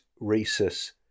Rhesus